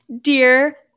dear